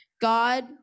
God